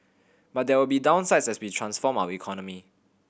but there will be downsides as we transform our economy